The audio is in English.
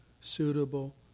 suitable